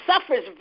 suffers